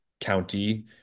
county